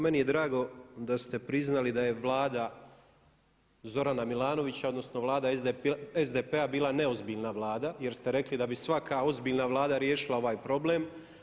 Meni je drago da ste priznali da je Vlada Zorana Milanovića odnosno Vlada SDP-a bila neozbiljna Vlada jer ste rekli da bi svaka ozbiljna Vlada riješila ovaj problem.